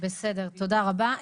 בסדר תודה רבה.